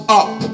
up